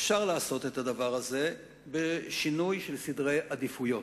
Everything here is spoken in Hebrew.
אפשר לעשות את הדבר הזה בשינוי של סדרי עדיפויות.